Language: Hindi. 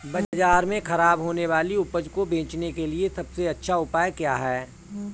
बाजार में खराब होने वाली उपज को बेचने के लिए सबसे अच्छा उपाय क्या हैं?